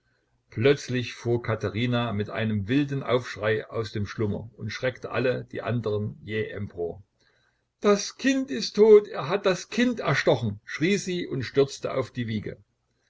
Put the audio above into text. plötzlich fuhr katherina mit einem wilden aufschrei aus dem schlummer und schreckte alle die andern jäh empor das kind ist tot er hat das kind erstochen schrie sie und stürzte auf die wiege